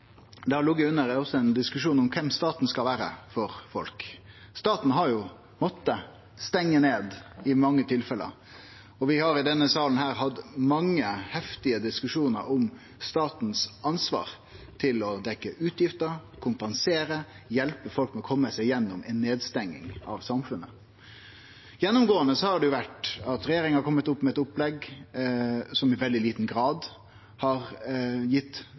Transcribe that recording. der det også har lege under ein diskusjon om kven staten skal vere for folk. Staten har i mange tilfelle måtta stengje ned, og vi har i denne salen hatt mange heftige diskusjonar om statens ansvar til å dekkje utgifter, kompensere, hjelpe folk til å komme seg gjennom ei nedstenging av samfunnet. Gjennomgåande har regjeringa kome med opplegg som i veldig liten grad har gitt